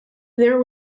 there